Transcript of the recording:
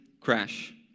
crash